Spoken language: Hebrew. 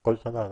כל שנה.